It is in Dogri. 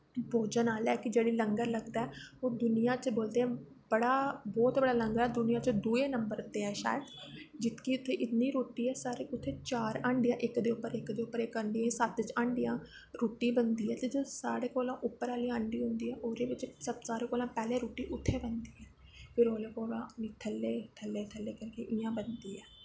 भोजनालय ऐ जेह्ड़ा लंगर लगदा ऐ ओह् दुनियां न बोलदे न बड़े लंगर न ओह् दुए नंबर ते ऐ शायद उत्थें इन्नी रोटी ऐ उत्थें चार हंडी दे उप्पर हंडी सत्त हंडियां रुट्टी बनदी ऐ ते जो उप्पर आह्ली हंडी सारें कोला दा उप्पर आह्ली हड्डी रुट्टी उत्थें बनदी ऐ फिर ओह्ले कोला दा थल्ले थल्ले इयां करियै बनदी ऐ